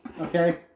Okay